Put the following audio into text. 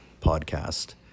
podcast